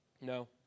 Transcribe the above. No